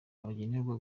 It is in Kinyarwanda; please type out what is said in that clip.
bagenewe